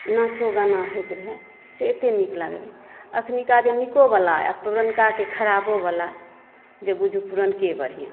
नाचो गाना होइत रहै से एतय नीक लागै रहै अखनुका जे नीको वला आओत पुरनकाके खराबो वला जे बुझू पुरनेके बढ़िऑं